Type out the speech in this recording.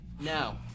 Now